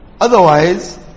Otherwise